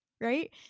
right